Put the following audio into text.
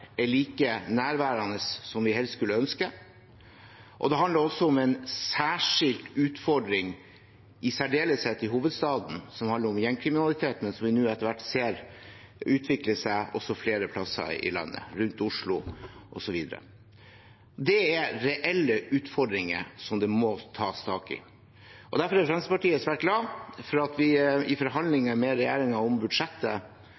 er like nærværende som vi helst skulle ønske, og det handler også om en særskilt utfordring, i særdeleshet i hovedstaden, som handler om gjengkriminalitet, som vi nå etter hvert ser utvikle seg også flere plasser i landet, rundt Oslo osv. Det er reelle utfordringer som det må tas tak i. Derfor er Fremskrittspartiet svært glad for at vi i